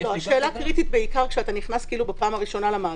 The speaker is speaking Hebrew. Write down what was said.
השאלה קריטית כשאתה נכנס פעם ראשונה למאגר.